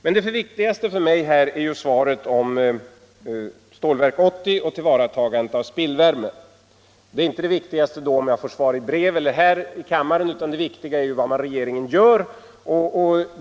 Men det viktigaste för mig här är naturligtvis svaret angående Stålverk 80 och tillvaratagandet av spillvärmet, och då är det viktigaste för mig inte om jag får det svaret i ett brev eller här i kammaren, utan vad regeringen gör.